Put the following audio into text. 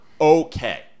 okay